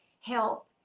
help